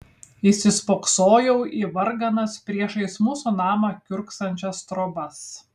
įsispoksojau į varganas priešais mūsų namą kiurksančias trobas